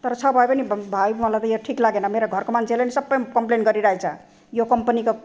तर छ भए पनि भाइ मलाई त यो ठिक लागेन मेरो घरको मान्छेले नि सबै कमप्लेन् गरिरहेछ यो कम्पनीको